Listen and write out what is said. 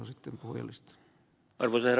arvoisa herra puhemies